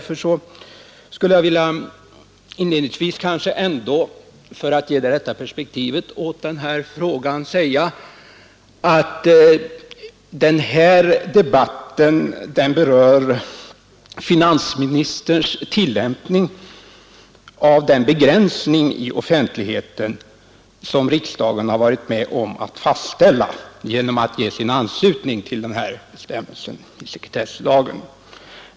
För att ge det rätta perspektivet åt den här frågan skulle jag ändå vilja säga att denna debatt berör finansministerns tillämpning av den begränsning i offentligheten som riksdagen har varit med om att fastställa genom att ge sin anslutning till den här bestämmelsen i sekretesslagen.